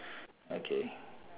okay